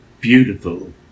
beautiful